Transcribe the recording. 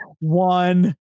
one